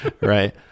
Right